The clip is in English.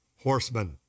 horsemen